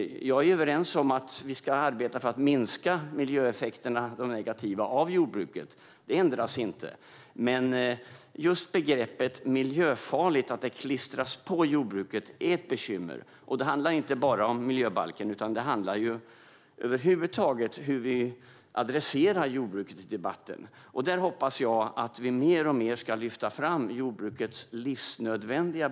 Vi är överens om att vi ska arbeta för att minska de negativa miljöeffekterna av jordbruket. Men just att begreppet miljöfarligt klistras på jordbruket är ett bekymmer. Det handlar inte bara om miljöbalken utan över huvud taget om hur jordbruket adresseras i debatten. Jag hoppas att jordbrukets livsnödvändiga betydelse ska lyftas fram mer och mer.